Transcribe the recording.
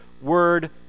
Word